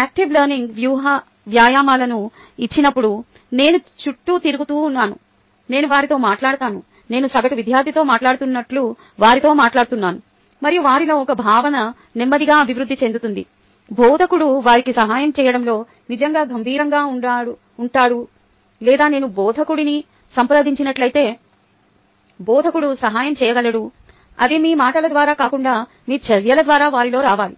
active learning వ్యాయామాలను ఇచ్చినప్పుడు నేను చుట్టూ తిరుగుతాను నేను వారితో మాట్లాడతాను నేను సగటు విద్యార్థితో మాట్లాడుతున్నట్లు వారితో మాట్లాడుతున్నాను మరియు వారిలో ఒక భావన నెమ్మదిగా అభివృద్ధి చెందుతుంది బోధకుడు వారికి సహాయం చేయడంలో నిజంగా గంభీరంగా ఉంటాడు లేదా నేను బోధకుడిని సంప్రదించినట్లయితే బోధకుడు సహాయం చేయగలడు అది మీ మాటల ద్వారా కాకుండా మీ చర్యల ద్వారా వారిలో రావాలి